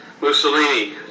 Mussolini